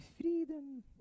freedom